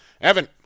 Evan